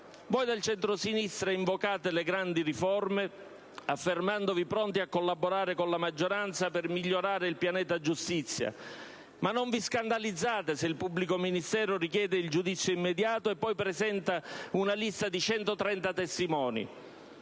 Voi del centrosinistra invocate le grandi riforme, dichiarandovi pronti a collaborare con la maggioranza per migliorare il «pianeta giustizia», ma non vi scandalizzate se il pubblico ministero richiede il giudizio immediato e poi presenta una lista di 130 testimoni: